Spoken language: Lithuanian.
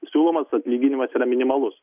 siūlomas atlyginimas yra minimalus